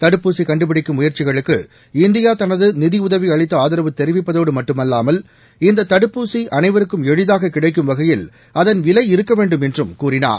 தடுப்பூசி கண்டுபிடிக்கும் முயற்சிகளுக்கு இந்தியா தனது நிதியுதவி அளித்து ஆதரவு தெரிவிப்பதோடு மட்டுமல்லாமல் இந்த தடுப்பூசி அனைவருக்கும் எளிதாக கிடடக்கும் வகையில் அதன் விலை இருக்க வேண்டும் என்று கூறினார்